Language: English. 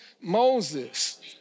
Moses